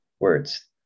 words